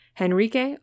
Henrique